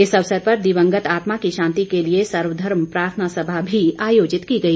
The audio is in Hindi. इस अवसर पर दिवंगत आत्मा की शांति के लिए सर्वघर्म प्रार्थना सभा मी आयोजित की गई